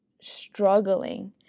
struggling